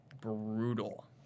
brutal